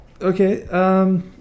Okay